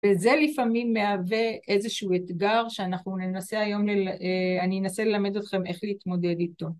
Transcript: וזה לפעמים מהווה איזשהו אתגר שאנחנו ננסה היום, אני אנסה ללמד אתכם איך להתמודד איתו.